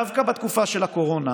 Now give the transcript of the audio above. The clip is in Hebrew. דווקא בתקופה של הקורונה